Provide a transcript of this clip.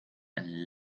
een